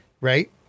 Right